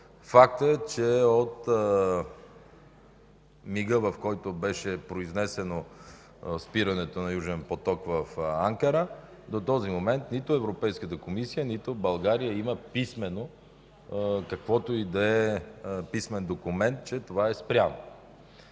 Факт е, че от мига, в който беше произнесено спирането на „Южен поток” в Анкара, до този момент нито Европейската комисия, нито България има какъвто и да е писмен документ, че това е спряно.